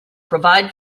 provide